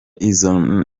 izo